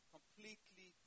Completely